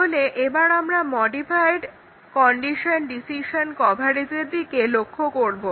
তাহলে আমরা এবার মডিফাইড কন্ডিশন ডিসিশন কভারেজের দিকে লক্ষ্য করব